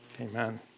Amen